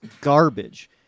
garbage